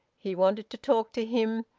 he wanted to talk to him,